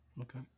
okay